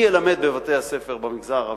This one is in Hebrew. מי ילמד בבתי-הספר במגזר הערבי,